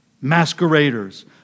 masqueraders